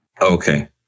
Okay